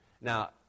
Now